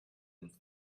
and